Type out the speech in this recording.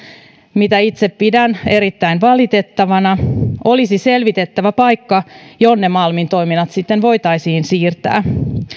mitä itse pidän erittäin valitettavana olisi selvitettävä paikka jonne malmin toiminnat sitten voitaisiin siirtää